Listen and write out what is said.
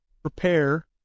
Prepare